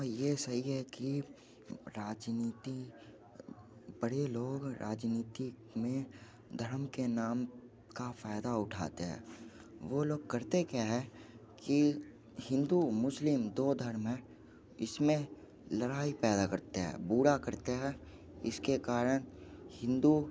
हाँ ये सही है कि राजनीति बड़े लोग राजनीति में धर्म के नाम का फ़ायदा उठाते हैं वह लोग करते क्या हैं कि हिंदू मुस्लिम दो धर्म हैं इसमें लड़ाई पैदा करते हैं बुरा करते हैं इसके कारण हिंदू